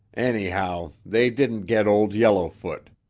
anyhow, they didn't get old yellowfoot.